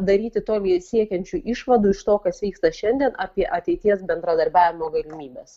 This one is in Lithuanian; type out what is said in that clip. daryti toli siekiančių išvadų iš to kas vyksta šiandien apie ateities bendradarbiavimo galimybes